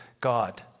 God